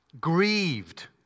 grieved